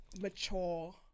mature